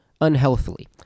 unhealthily